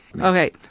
Okay